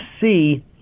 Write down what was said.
see